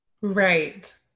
Right